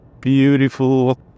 beautiful